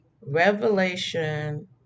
Revelation